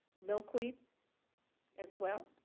milkweed as well.